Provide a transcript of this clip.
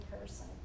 person